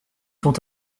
sont